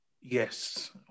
yes